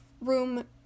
Room